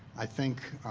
i think.